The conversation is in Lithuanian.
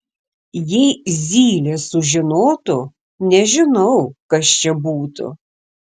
jei zylė sužinotų nežinau kas čia būtų